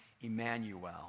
Emmanuel